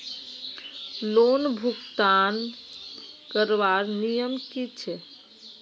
Loan भुगतान करवार नियम की छे?